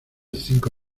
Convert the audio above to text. cinco